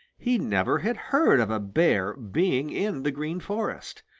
he never had heard of a bear being in the green forest.